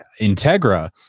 Integra